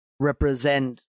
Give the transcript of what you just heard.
represent